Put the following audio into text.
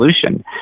solution